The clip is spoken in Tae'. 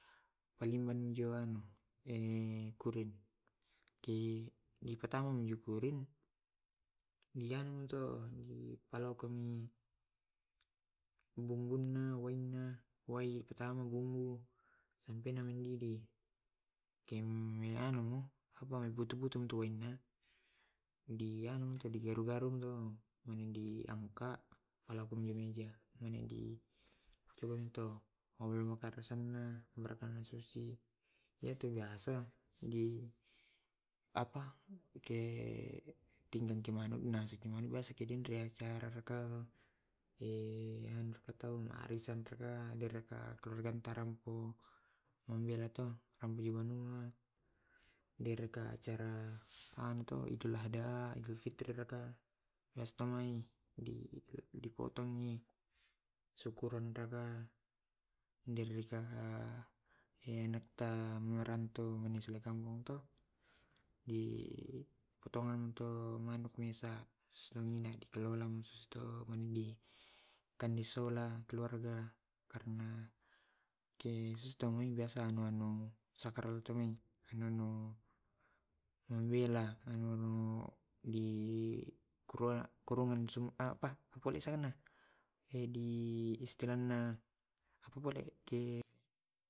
Kalua minjo ro kurir dipetau njo rurisr dia malok umi ma bum bum mi wae di patalu burung mi butu butu tuanne to digaru garuni mani di angkat mani di luntr mani bersandar. Iyatu biasa di ke tinggi kemanunna biasa te tindro i ehh atau marisan ki ka den raka magi mu raeo maloppo mabela to eloka acara wahda raka fitri raka di pottongi suaya dena nalakukan hal hal di wilayah. sagat memperoleh mufakat. karena ke sisteman berasa; dar sakar hwl maimbu koeuanga nkodisi di istilanna ke